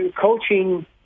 coaching